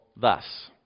thus